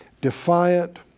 defiant